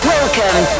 Welcome